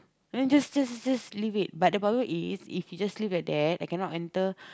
I mean just just just leave it but the problem is if it just leave at there I cannot enter